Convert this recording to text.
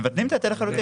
מבטלים את ההיטל לחלוטין.